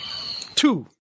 Two